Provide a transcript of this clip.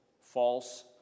False